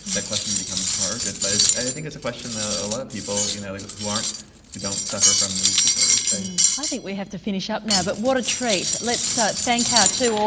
that question becomes more urgent. but i think it's a question a lot of people you know like who aren't, who don't suffer from these disorders face. i think we have to finish up now but what a treat. let's so thank our two